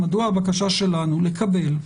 מדוע הבקשה שלנו לקבל,